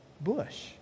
bush